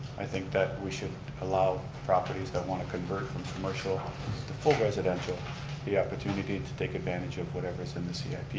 i think that we should allow properties that want to convert from commercial the full residential the opportunity to take advantage of whatever is in the cip.